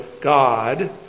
God